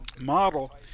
model